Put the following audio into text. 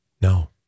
no